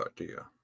idea